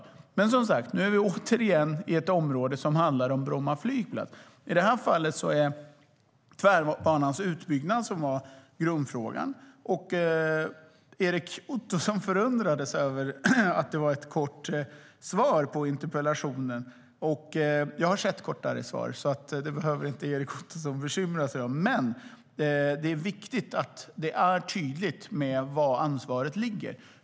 Men som sagt, nu är vi återigen inne på ett område som handlar om Bromma flygplats. Det är viktigt att det är tydligt var ansvaret ligger.